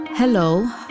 Hello